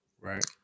Right